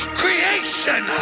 creation